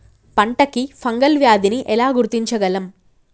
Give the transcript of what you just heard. పంట కి ఫంగల్ వ్యాధి ని ఎలా గుర్తించగలం?